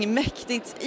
mäktigt